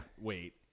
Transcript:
wait